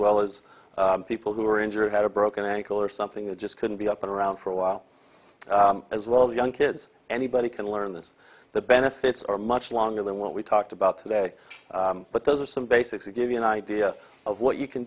well as people who were injured had a broken ankle or something and just couldn't be up and around for a while as well the young kids anybody can learn this the benefits are much longer than what we talked about today but those are some basics of give you an idea of what you can